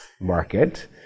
market